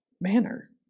manner